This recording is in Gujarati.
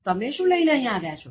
તમે શું લઈને અહીં આવ્યા છો